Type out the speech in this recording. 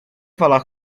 falar